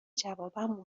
جوابم